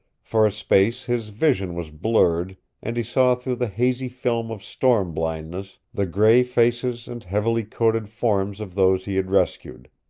for a space his vision was blurred and he saw through the hazy film of storm-blindness the gray faces and heavily coated forms of those he had rescued.